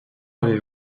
avez